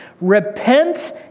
repent